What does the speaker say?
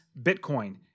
Bitcoin